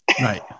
Right